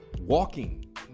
walking